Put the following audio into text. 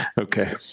Okay